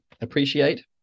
appreciate